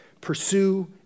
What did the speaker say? pursue